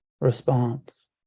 response